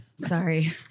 Sorry